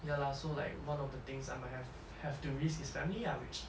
ya lah so like one of the things I might have have to risk is family lah which